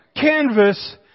canvas